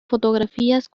fotografías